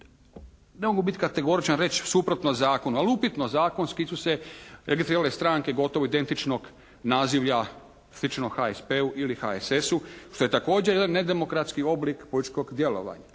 ne mogu bit kategoričan i reći suprotno zakonu, ali upitno zakonski su se registrirale stranke gotovo identičnog nazivlja, sličnog HSP-u ili HSS-u, što je također jedan nedemokratski oblik političkog djelovanja.